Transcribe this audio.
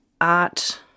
art